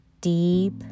deep